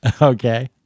Okay